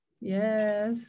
yes